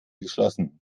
geschlossen